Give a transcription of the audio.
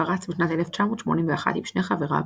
פרץ בשנת 1981 עם שני חבריו